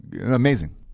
Amazing